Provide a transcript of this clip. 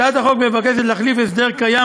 הצעת החוק מבקשת להחליף הסדר קיים,